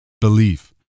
Belief